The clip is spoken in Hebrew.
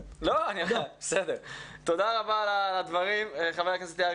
לא תכננתי לא להסכים אתך ככה,